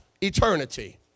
eternity